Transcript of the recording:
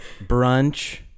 brunch